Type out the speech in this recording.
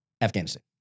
Afghanistan